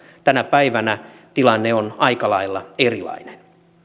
tänä päivänä tilanne on aika lailla erilainen